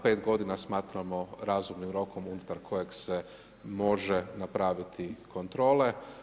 5 g. smatramo razumnim rokom, unutar kojeg se može napraviti kontrole.